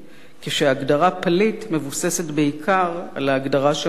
כשההגדרה "פליט" מבוססת בעיקר על ההגדרה שמצויה